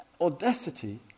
audacity